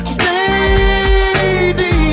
baby